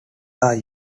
are